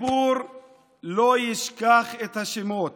הציבור לא ישכח את השמות